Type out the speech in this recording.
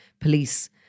police